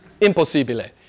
Impossibile